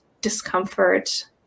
discomfort